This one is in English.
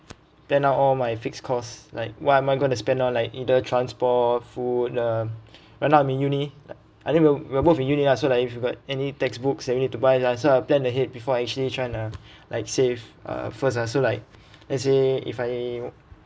plan out all my fixed costs like what am I going to spend on like either transport food um right now I'm in uni I mean we're both in uni lah so like if you got any textbooks that need to buy ah so I plan ahead before I actually trying to like save uh first ah so like let's say if I